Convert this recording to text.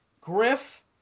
Griff